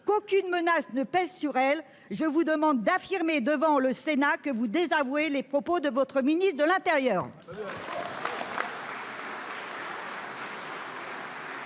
qu'aucune menace ne pèse sur elle. Je vous demande d'affirmer devant le Sénat que vous désavouez les propos de votre ministre de l'intérieur.